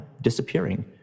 disappearing